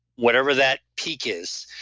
whatever that peak is,